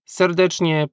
serdecznie